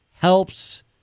helps